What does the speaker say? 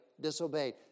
disobeyed